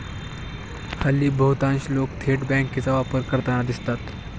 हल्ली बहुतांश लोक थेट बँकांचा वापर करताना दिसतात